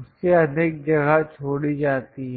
उससे अधिक जगह छोड़ी जाती है